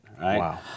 right